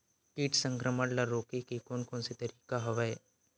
कीट संक्रमण ल रोके के कोन कोन तरीका हवय?